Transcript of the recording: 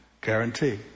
guarantee